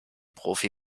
profi